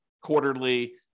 quarterly